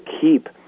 keep